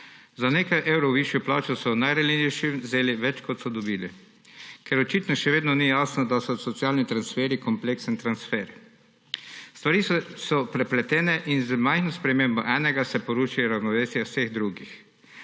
Za nekaj evrov višjo plačo so najranljivejšim vzeli več, kot so dobili, ker očitno še vedno ni jasno, da so socialni transferji kompleksen transfer. Stvari so prepletene in z majhno spremembo enega se poruši ravnovesje vseh drugih.